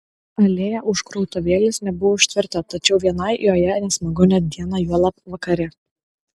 alėja už krautuvėlės nebuvo užtverta tačiau vienai joje nesmagu net dieną juolab vakare